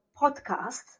podcast